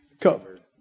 covered